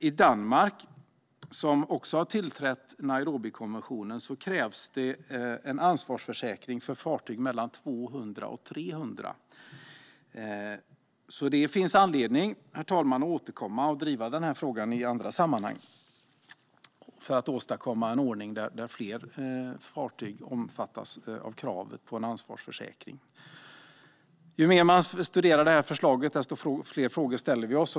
I Danmark, som också har tillträtt Nairobikonventionen, krävs det en ansvarsförsäkring för fartyg mellan 20 och 300, så det finns alltså anledning att återkomma och driva den här frågan i andra sammanhang för att åstadkomma en ordning där fler fartyg omfattas av kravet på en ansvarsförsäkring. Ju mer vi studerar förslaget desto fler frågor ställer vi oss.